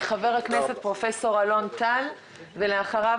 חבר הכנסת פרופ' אלון טל; ואחריו